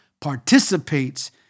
participates